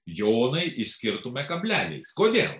jonai išskirtume kableliais kodėl